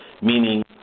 meaning